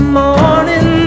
morning